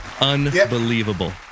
Unbelievable